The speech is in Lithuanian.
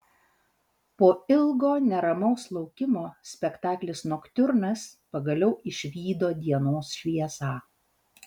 po ilgo neramaus laukimo spektaklis noktiurnas pagaliau išvydo dienos šviesą